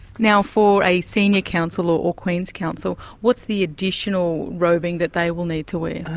now for a senior counsel or queen's counsel, what's the additional robing that they will need to wear?